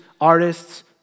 artists